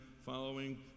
following